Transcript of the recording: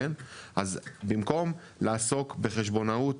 אז במקום לעסוק בחשבונאות